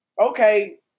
okay